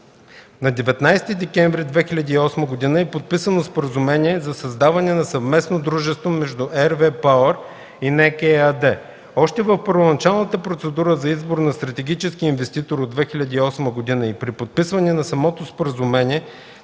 На 19 декември 2008 г. е подписано споразумение за създаване на съвместно дружество между RWE „Пауър” и НЕК – ЕАД. Още в първоначалната процедура за избор на стратегически инвеститор от 2008 г. и при подписването на самото споразумение